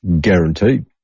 guaranteed